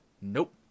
nope